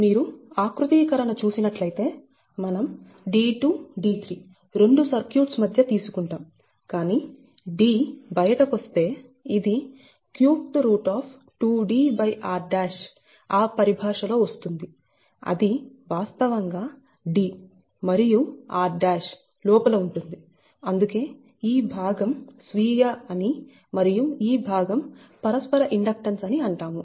మీరు ఆకృతీకరణ చూసినట్లయితే మనం d2d3 2 సర్క్యూట్స్ మధ్య తీసుకుంటాం కానీ D బయటకొస్తే ఇది 32Dr ఆ పరిభాషలో వస్తుంది అది వాస్తవంగా D మరియు r లోపల ఉంటుంది అందుకే ఈ భాగం స్వీయ అని మరియు ఈ భాగం పరస్పర ఇండక్టెన్స్ అని అంటాము